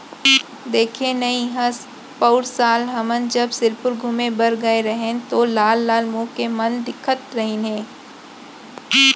देखे नइ हस पउर साल हमन जब सिरपुर घूमें बर गए रहेन तौ लाल लाल मुंह के मन दिखत रहिन हे